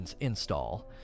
install